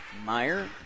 Meyer